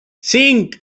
cinc